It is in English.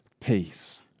peace